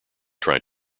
trying